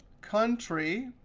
country.